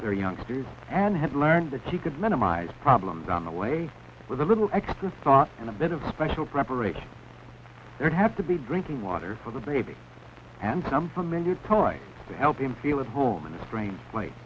with our youngsters and had learned that she could minimize problems on the way with a little extra thought and a bit of special preparation there'd have to be drinking water for the baby and some familiar toys to help him feel at home in a strange